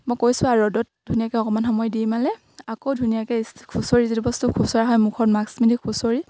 মই কৈছোঁ আৰু ৰ'দত ধুনীয়াকে অকমান সময় দি মেলি আকৌ ধুনীয়াকে খুচৰি যিটো বস্তু খুচুৰা হয় মুখত মাক্স মেলি খুচৰি